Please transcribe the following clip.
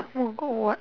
forgot what